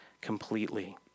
completely